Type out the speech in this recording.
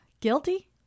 guilty